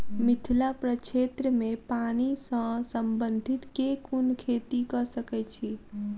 मिथिला प्रक्षेत्र मे पानि सऽ संबंधित केँ कुन खेती कऽ सकै छी?